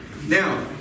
Now